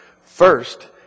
first